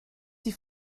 die